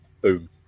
boom